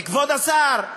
כבוד השר,